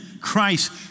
Christ